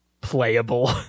playable